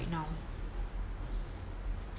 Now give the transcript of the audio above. right now